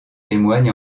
témoigne